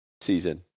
season